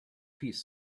piece